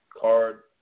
card